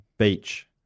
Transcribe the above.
Beach